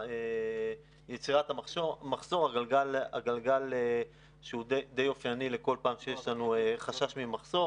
מראה יצירת המחסור הגלגל שהוא די אופייני לכל פעם שיש לנו חשש ממחסור.